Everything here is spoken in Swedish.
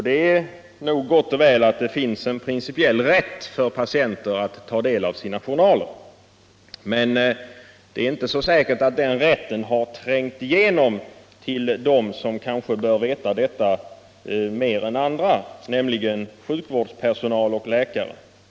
Det är nog gott och väl att det finns en principiell rätt för patienter att ta del av sina journaler, men det är inte säkert att medvetandet om den rätten har trängt igenom till dem som kanske bör känna till den mer än andra, nämligen sjukvårdspersonal och läkare.